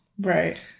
Right